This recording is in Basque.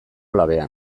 labean